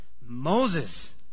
Moses